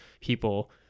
people